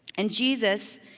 and jesus,